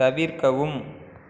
தவிர்க்கவும்